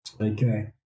Okay